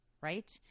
Right